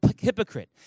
hypocrite